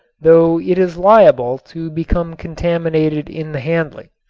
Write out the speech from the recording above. though it is liable to become contaminated in the handling.